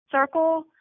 circle